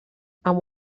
amb